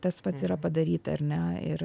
tas pats yra padaryta ar ne ir